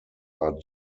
are